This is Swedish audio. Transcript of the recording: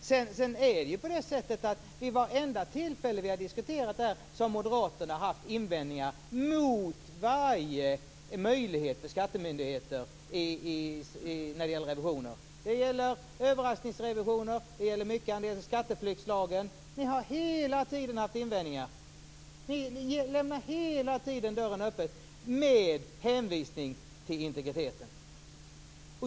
Sedan är det ju så att moderaterna, vid varenda tillfälle då vi har diskuterat det här, har haft invändningar mot varje möjlighet för skattemyndigheterna när det gäller revisioner. Det gäller överraskningsrevisioner, det gäller skatteflyktslagen - ni har hela tiden haft invändningar. Ni lämnar hela tiden dörren öppen med hänvisning till integriteten.